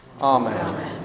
Amen